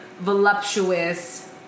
voluptuous